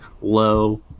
low